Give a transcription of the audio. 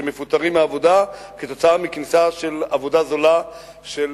שמפוטרים מהעבודה עקב כניסה של עבודה זולה של